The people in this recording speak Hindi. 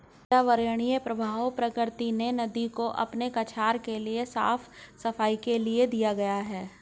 पर्यावरणीय प्रवाह प्रकृति ने नदी को अपने कछार के साफ़ सफाई के लिए दिया है